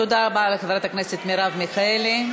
תודה רבה לחברת הכנסת מרב מיכאלי.